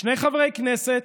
שני חברי כנסת,